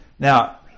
Now